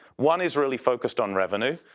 one is really focused on revenue,